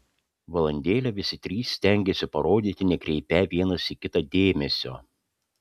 valandėlę visi trys stengėsi parodyti nekreipią vienas į kitą dėmesio